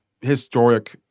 historic